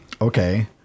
okay